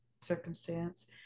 circumstance